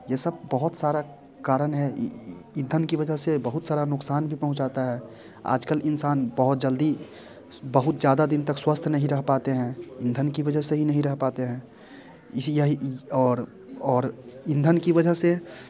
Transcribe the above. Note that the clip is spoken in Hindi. ये सब बहुत सारा कारण है ईंधन की वजह से बहुत सारे नुक़सान भी पहुंचना है आज कल इंसान बहुत जल्दी बहुत ज़्यादा दिन तक स्वस्थ नहीं रह पाते हैं ईंधन की वजह से ही नहीं रह पाते हैं इसी यही और और ईंधन की वजह से